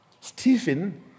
Stephen